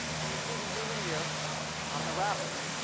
and you see the human ear on the rabbit.